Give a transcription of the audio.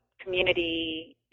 community